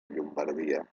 llombardia